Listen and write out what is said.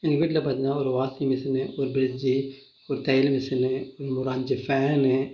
எங்கள் வீட்டில் பார்த்தீங்கனா ஒரு வாஷிங் மிஷினு ஒரு ஃப்ரிட்ஜு ஒரு தையல் மிஷினு ஒரு அஞ்சு ஃபேன்